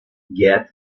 gerd